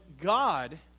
God